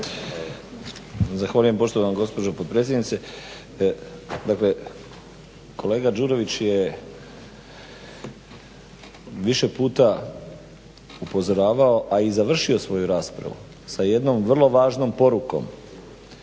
Zahvaljujem poštovana gospođo potpredsjednice. Dakle kolega Đurović je više puta upozoravao a i završio svoju raspravu sa jednom vrlo važnom porukom,